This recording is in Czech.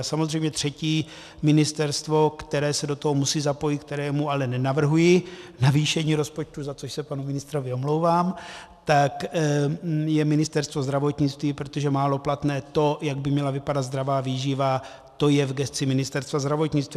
Samozřejmě třetí ministerstvo, které se do toho musí zapojit, kterému ale nenavrhuji navýšení rozpočtu, za což se panu ministrovi omlouvám, je Ministerstvo zdravotnictví, protože málo platné, to, jak by měla vypadat zdravá výživa, je v gesci Ministerstva zdravotnictví.